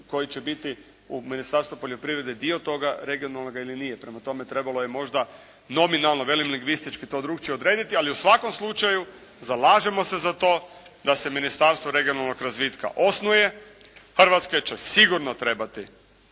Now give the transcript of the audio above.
koji će biti u Ministarstvu poljoprivrede dio toga regionalnoga ili nije? Prema tome trebalo je možda nominalno, velim lingvistički to drukčije odrediti. Ali u svakom slučaju zalažemo se za to da se Ministarstvo regionalnog razvitka osnuje. Hrvatskoj će sigurno trebati.